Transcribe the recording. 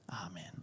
Amen